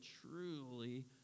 truly